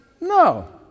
No